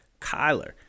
Kyler